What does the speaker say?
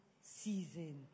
season